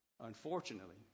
Unfortunately